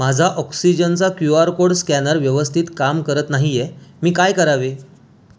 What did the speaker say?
माझा ऑक्सिजनचा Q R code scanner व्यवस्थित काम करत नाही आहे मी काय करावे